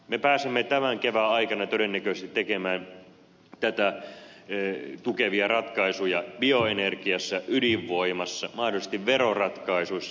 me pääsemme tämän kevään aikana todennäköisesti tekemään tätä tukevia ratkaisuja bioenergiassa ydinvoimassa mahdollisesti veroratkaisuissa